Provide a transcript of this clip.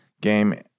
game